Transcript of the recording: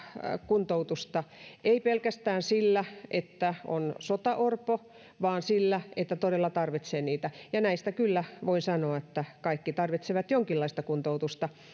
kuntoutusta ei pelkästään sillä että on sotaorpo vaan sillä että todella tarvitsee sitä ja voin sanoa että näistä kyllä kaikki tarvitsevat jonkinlaista kuntoutusta